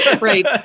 Right